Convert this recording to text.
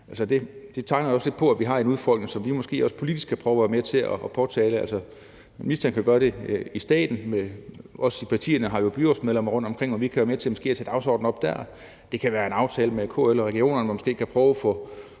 Det tegner lidt til, at vi har en udfordring, som vi politisk også kan være med til at påtale. Ministeren kan gøre det i staten, og os i partierne har jo byrådsmedlemmer rundtomkring, som kan være med til måske at sætte det på dagsordenen dér. Det kan være en aftale mellem KL og regionerne, hvor man måske kan prøve at få